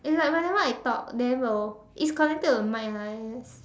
it's like whenever I talk then will it's connected to mic lah